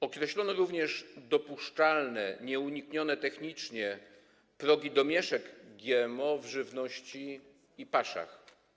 Określono również dopuszczalne, nieuniknione technicznie progi domieszek GMO w żywności i paszach.